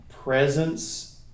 presence